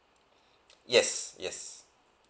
yes yes